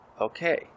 okay